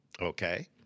okay